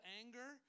anger